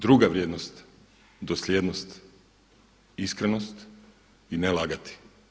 Druga vrijednost dosljednost, iskrenost i ne lagati.